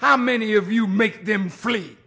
how many of you make them flee